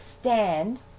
stand